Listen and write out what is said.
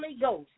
Ghost